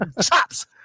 chops